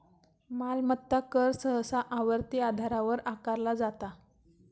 मालमत्ता कर सहसा आवर्ती आधारावर आकारला जाता